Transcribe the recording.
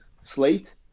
slate